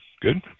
Good